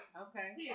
okay